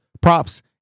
props